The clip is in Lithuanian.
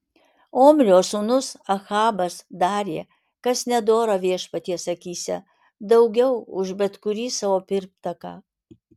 omrio sūnus ahabas darė kas nedora viešpaties akyse daugiau už bet kurį savo pirmtaką